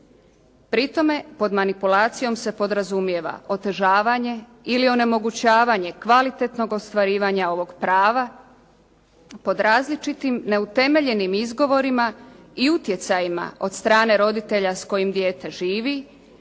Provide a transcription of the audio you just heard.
Pri tome, pod manipulacijom se podrazumijeva otežavanje ili onemogućavanje kvalitetnog ostvarivanja ovog prava pod različitim neutemeljenim izgovorima i utjecajima od strane roditelja s kojim dijete živi,